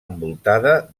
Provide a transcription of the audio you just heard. envoltada